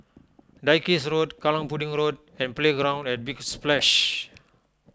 Dalkeith Road Kallang Pudding Road and Playground at Big Splash